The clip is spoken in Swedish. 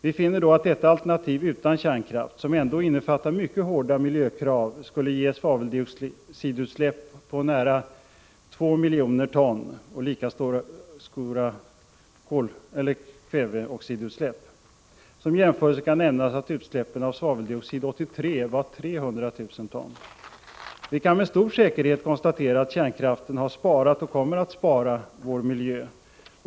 Vi finner då att detta alternativ utan kärnkraft, som ändå innefattar mycket hårda miljökrav, skulle ge svaveldioxidutsläpp på ca 2 miljoner ton och lika stora kväveoxidutsläpp. Som jämförelse kan nämnas att utsläppen av svaveldioxid år 1983 var ca 300 000 ton. Vi kan med stor säkerhet konstatera att kärnkraften har sparat och kommer att spara vår miljö.